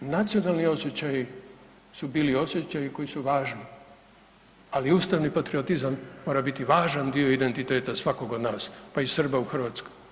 Nacionalni osjećaji su bili osjećaji koji su važni, ali ustavni patriotizam mora biti važan dio identiteta svakog od nas, pa i Srba u Hrvatskoj.